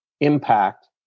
impact